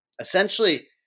essentially